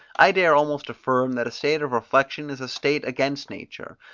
i dare almost affirm that a state of reflection is a state against nature,